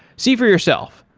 see for yourself.